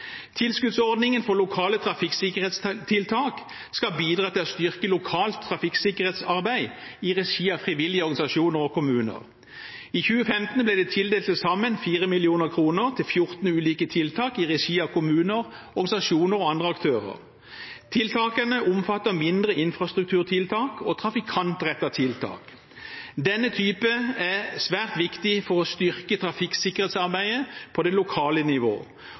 Tilskuddsordningen for lokale trafikksikkerhetstiltak skal bidra til å styrke lokalt trafikksikkerhetsarbeid i regi av frivillige organisasjoner og kommuner. I 2015 ble det tildelt til sammen 4 mill. kr til 14 ulike tiltak i regi av kommuner, organisasjoner og andre aktører. Tiltakene omfatter mindre infrastrukturtiltak og trafikantrettede tiltak. Denne typen er svært viktig for å styrke trafikksikkerhetsarbeidet på det lokale